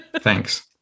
thanks